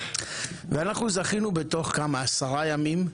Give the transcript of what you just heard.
ואנחנו זכינו בתוך כמה 10 ימים?